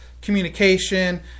communication